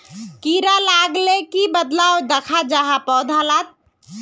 कीड़ा लगाले की बदलाव दखा जहा पौधा लात?